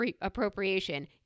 appropriation